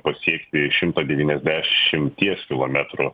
pasiekti šimtą devyniadešimties kilometrų